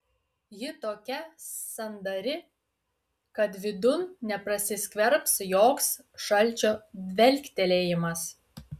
ji tokia sandari kad vidun neprasiskverbs joks šalčio dvelktelėjimas